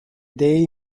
dei